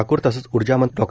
ठाक्र तसच ऊर्जामंत्री डॉ